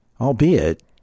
albeit